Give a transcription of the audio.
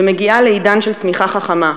ומגיעה לעידן של צמיחה חכמה,